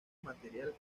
material